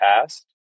past